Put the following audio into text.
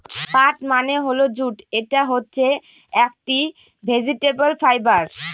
পাট মানে হল জুট এটা হচ্ছে একটি ভেজিটেবল ফাইবার